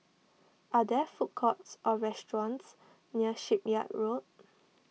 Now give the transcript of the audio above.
are there food courts or restaurants near Shipyard Road